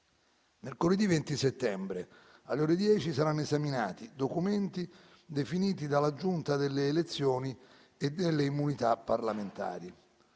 Mercoledì 20 settembre, alle ore 10, saranno esaminati documenti definiti dalla Giunta delle elezioni e delle immunità parlamentari.